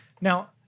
Now